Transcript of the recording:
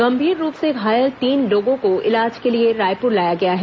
गंभीर रूप से घायल तीन लोगों को इलाज के लिए रायपुर लाया गया है